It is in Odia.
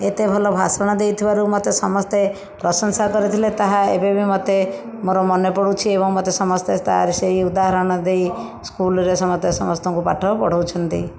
ଏତେ ଭଲ ଭାଷଣ ଦେଇଥିବାରୁ ମୋତେ ସମସ୍ତେ ପ୍ରଶଂସା କରିଥିଲେ ତାହା ଏବେବି ମୋତେ ମୋର ମନେ ପଡ଼ୁଛି ଏବଂ ମୋତେ ସମସ୍ତେ ତା ର ସେହି ଉଦାହରଣ ଦେଇ ସ୍କୁଲରେ ସମସ୍ତେ ସମସ୍ତଙ୍କୁ ପାଠ ପଢାଉଛନ୍ତି